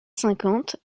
cinquante